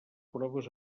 proves